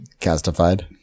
Castified